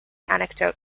anecdote